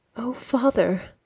o father,